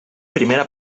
primera